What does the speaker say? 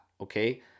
Okay